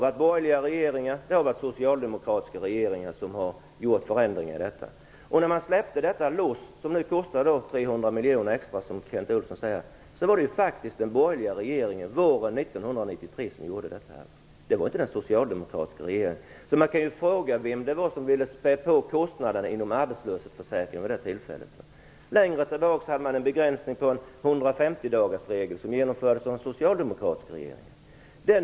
Både borgerliga och socialdemokratiska regeringar har genomfört sådana förändringar. Det var faktiskt den borgerliga regeringen som våren 1993 släppte loss de extra 300 miljonerna, inte den socialdemokratiska regeringen. Man kan alltså fråga vem som ville späda på kostnaderna i arbetslöshetsförsäkringen vid det tillfället. Längre tillbaka hade man en begränsning i form av en 150-dagarsregel, som hade införts av den socialdemokratiska regeringen.